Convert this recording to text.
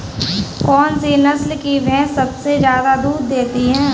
कौन सी नस्ल की भैंस सबसे ज्यादा दूध देती है?